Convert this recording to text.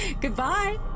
Goodbye